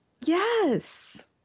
Yes